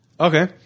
Okay